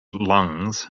lungs